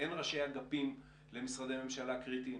שאין ראשי אגפים למשרדי ממשלה קריטיים?